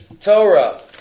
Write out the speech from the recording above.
Torah